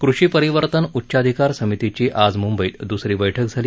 कृषी परिवर्तन उच्चाधिकार समितीची आज मुंबईत द्सरी बैठक झाली